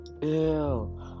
ew